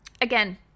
Again